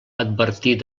advertir